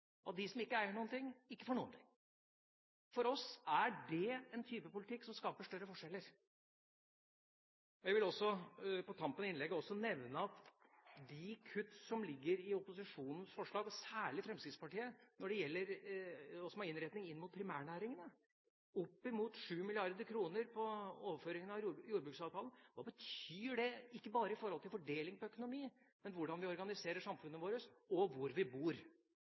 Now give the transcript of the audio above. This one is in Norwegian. at de som ikke eier noen ting, ikke får noen ting. For oss er dette en type politikk som skaper større forskjeller. Jeg vil på tampen av innlegget også nevne de kutt som ligger i opposisjonens forslag, og særlig i Fremskrittspartiets forslag, og som har innretning inn mot primærnæringene – oppimot 7 mrd. kr på overføringen av jordbruksavtalen. Hva betyr det – ikke bare i forhold til fordeling av økonomi, men i forhold til hvordan vi organiserer samfunnet vårt, og hvor vi bor?